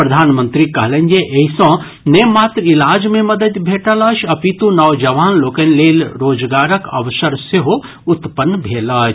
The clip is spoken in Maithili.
प्रधानमंत्री कहलनि जे एहि सॅ ने मात्र इलाज मे मददि भेटल अछि अपितु नवजवान लोकनि लेल रोजगारक अवसर सेहो उत्पन्न भेल अछि